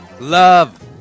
Love